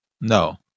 No